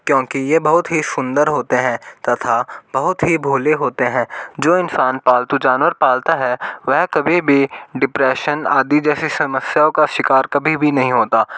क्योंकि ये बहुत ही सुंदर होते हैं तथा बहुत ही भोले होते हैं जो इंसान पालतू जानवर पालता है वह कभी भी डिप्रेशन आदि जैसी समस्याओं का शिकार कभी भी नहीं होता